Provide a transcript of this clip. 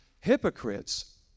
hypocrites